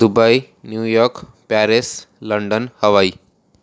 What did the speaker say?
Dubai New York Paris London hawaii